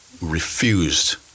refused